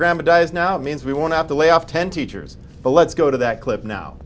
grandma dies now it means we won't have to lay off ten teachers but let's go to that clip now